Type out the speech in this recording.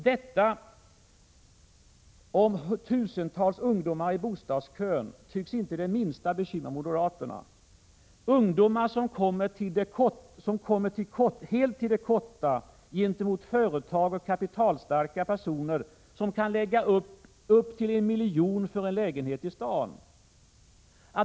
Detta med tusentals ungdomar i bostadskö tycks inte det minsta bekymra moderaterna. Det är ungdomar som helt kommer till korta gentemot företag och kapitalstarka personer som kan lägga fram upp till 1 milj.kr. för en lägenhet i staden.